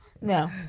No